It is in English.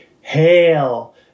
Hail